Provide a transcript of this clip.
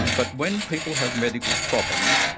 but when people have medical problems,